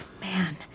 man